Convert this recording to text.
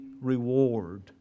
reward